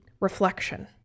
Reflection